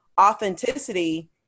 authenticity